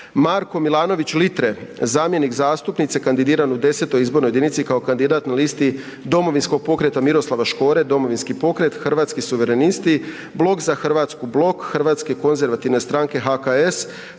Marko Milanović Litre, zamjenik zastupnice kandidiran u X. izbornoj jedinici kao kandidat na listi Domovinskog pokreta Miroslava Škore, Domovinski pokret, Hrvatski suverenisti, Blok za Hrvatsku, Blok Hrvatske konzervativne stranke, HKS,